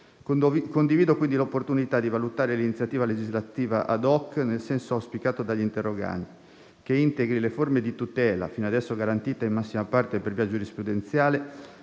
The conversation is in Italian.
Condivido quindi l'opportunità di valutare l'iniziativa legislativa *ad hoc*, nel senso auspicato dagli interroganti, che integri le forme di tutela finora garantite in massima parte per via giurisprudenziale,